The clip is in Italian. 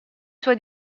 suoi